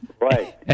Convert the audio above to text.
Right